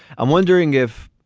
i'm wondering if.